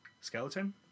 skeleton